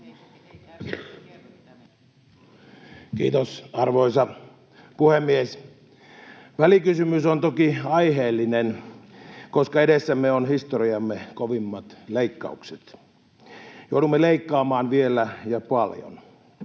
Kiitos, arvoisa puhemies! Välikysymys on toki aiheellinen, koska edessämme ovat historiamme kovimmat leikkaukset. Joudumme leikkaamaan vielä, ja paljon.